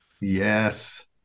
Yes